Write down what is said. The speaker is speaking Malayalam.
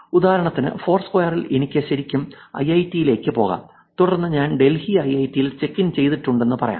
ഉദാഹരണത്തിന് ഫോർസ്ക്വയറിൽ എനിക്ക് ശരിക്കും ഐഐടിയിലേക്ക് പോകാം തുടർന്ന് ഞാൻ ഡൽഹി ഐഐടിയിൽ ചെക്ക് ഇൻ ചെയ്തിട്ടുണ്ടെന്ന് പറയാം